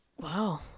Wow